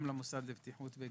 גם למוסד לבטיחות וגיהות.